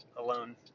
Alone